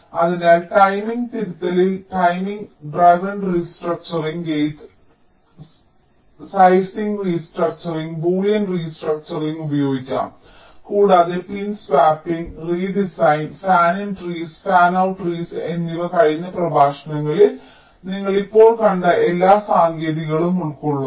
അതിനാൽ ടൈമിംഗ് തിരുത്തലിൽ timing driven restructuring gate sizing restructuring boolean restructuring ഉപയോഗിക്കാം കൂടാതെ pin swapping redesign fan in trees fan out trees എന്നിവ കഴിഞ്ഞ പ്രഭാഷണങ്ങളിൽ നിങ്ങൾ ഇപ്പോൾ കണ്ട എല്ലാ സാങ്കേതികതകളും ഉൾക്കൊള്ളുന്നു